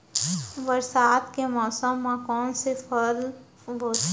बरसात के मौसम मा कोन से फसल बोथे?